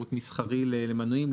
שירות מסחרי למנויים,